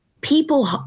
people